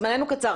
זמננו קצר,